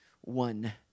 one